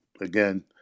again